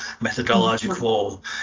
methodological